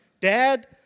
Dad